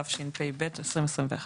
התשפ"ב-2021".